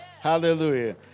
Hallelujah